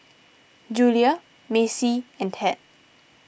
Julia Maci and Ted